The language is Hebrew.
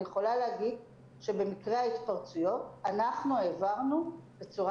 אני יכולה להגיד שבמקרה ההתפרצויות העברנו בצורה